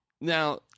Now